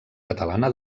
catalana